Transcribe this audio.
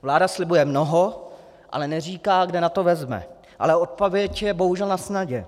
Vláda slibuje mnoho, ale neříká, kde na to vezme, odpověď je ale bohužel nasnadě.